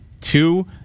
Two